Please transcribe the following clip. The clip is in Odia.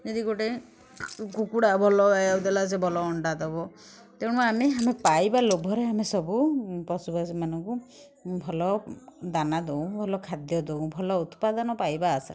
ଯଦି ଗୋଟେ କୁକୁଡ଼ା ଭଲ ଖାଇବାକୁ ଦେଲା ସେ ଭଲ ଅଣ୍ଡା ଦେବ ତେଣୁ ଆମେ ଆମେ ପାଇବା ଲୋଭରେ ଆମେ ସବୁ ପଶୁ ମାନଙ୍କୁ ଭଲ ଦାନା ଦେଉ ଭଲ ଖାଦ୍ୟ ଦେଉ ଭଲ ଉତ୍ପାଦନ ପାଇବା ଆଶାରେ